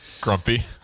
Grumpy